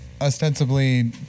ostensibly